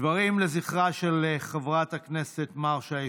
דברים לזכרה של חברת הכנסת מרשה.